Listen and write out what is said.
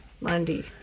Lundy